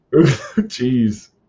Jeez